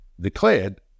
declared